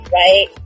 right